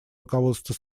руководства